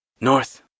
North